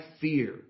fear